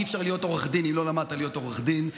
אי-אפשר להיות עורך דין אם לא למדת להיות עורך דין,